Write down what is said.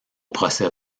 procès